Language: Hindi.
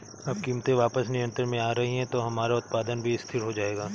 अब कीमतें वापस नियंत्रण में आ रही हैं तो हमारा उत्पादन भी स्थिर हो जाएगा